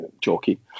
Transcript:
jockey